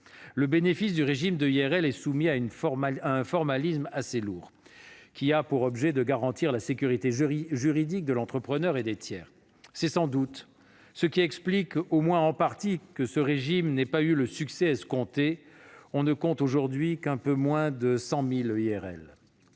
Le bénéfice du régime de l'EIRL est soumis à un formalisme assez lourd, qui a pour objet de garantir la sécurité juridique de l'entrepreneur et des tiers. C'est sans doute ce qui explique, au moins en partie, que ce régime n'ait pas eu le succès escompté, puisque l'on ne compte aujourd'hui qu'un peu moins de 100 000 EIRL.